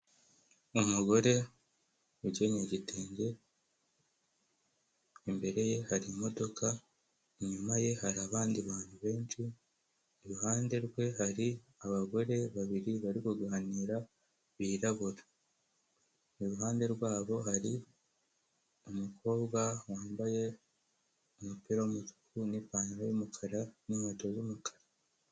Umugore ukenyeye igitenge imbere ye hari imodoka, inyuma ye hari abandi bantu benshi, iruhande rwe hari abagore babiri bari kuganira birabura, iruhande rwabo hari umukobwa wambaye umupira w'umutuku ni'pantaro, y'umukara n'inkweto z'umukara.